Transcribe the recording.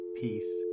peace